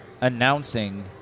announcing